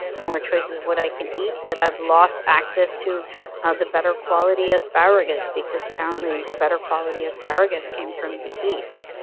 more choices of what i can eat, but i've lost access to ah the better quality asparagus because, apparently, better quality asparagus came from the east.